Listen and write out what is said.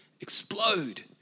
explode